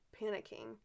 panicking